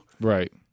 right